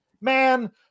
Man